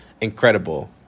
incredible